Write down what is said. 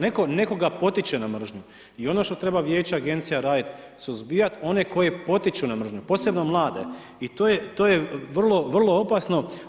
Neko nekoga potiče na mržnju i ono što treba vijeće i agencija raditi suzbijati one koji potiču na mržnju, posebno na mlade i to je vrlo, vrlo opasno.